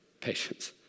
patience